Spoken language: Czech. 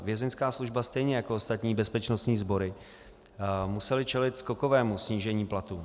Vězeňská služba stejně jako ostatní bezpečnostní sbory musela čelit skokovému snížení platů.